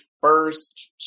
first